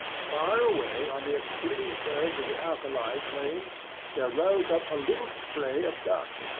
far away on the extreme verge of the alkali plain there rose up a little spray of dust,